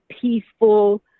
peaceful